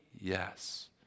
yes